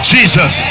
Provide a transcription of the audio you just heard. Jesus